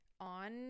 on